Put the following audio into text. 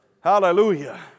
hallelujah